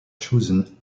chosen